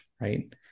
right